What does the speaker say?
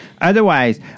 Otherwise